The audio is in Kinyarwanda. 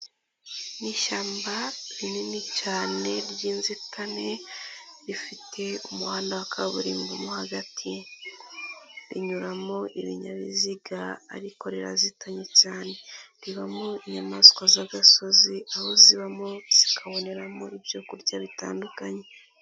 Ni ishyamba rinini cyane ry'inzitane rifite umuhanda wa kaburimbo mo hagati rinyuramo ibinyabiziga ariko rirazitanye cyane, ribamo inyamaswa z'agasozi aho zibamo zikaboneramo ibyo kurya bitandukanye.